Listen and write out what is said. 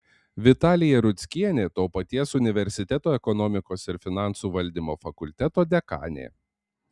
vitalija rudzkienė to paties universiteto ekonomikos ir finansų valdymo fakulteto dekanė